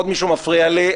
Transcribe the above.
עוד מישהו מפריע לי,